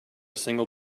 single